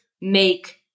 make